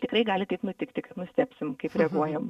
tikrai gali taip nutikti nustebsim kaip reaguojam